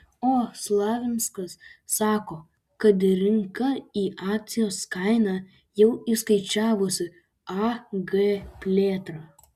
o slavinskas sako kad rinka į akcijos kainą jau įskaičiavusi ag plėtrą